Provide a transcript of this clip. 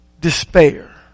despair